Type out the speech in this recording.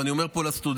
ואני אומר פה לסטודנטים,